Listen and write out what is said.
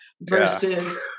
versus